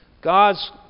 God's